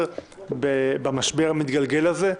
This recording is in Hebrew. לאזרחים וכדי לתפקד בצורה יעילה יותר במשבר המתגלגל הזה.